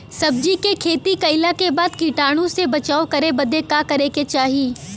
सब्जी के खेती कइला के बाद कीटाणु से बचाव करे बदे का करे के चाही?